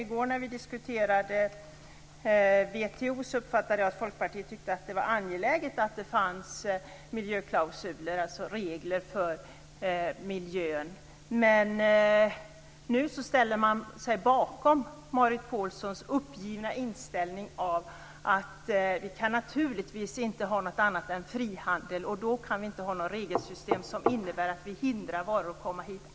I går när vi diskuterade WTO uppfattade jag att Folkpartiet tyckte att det var angeläget att det fanns miljöklausuler, alltså regler för miljön. Nu ställer man sig bakom Marit Paulsens uppgivna inställning att vi naturligtvis inte kan ha något annat än frihandel, och då kan vi inte ha ett regelsystem som innebär att vi hindrar varor från att komma hit.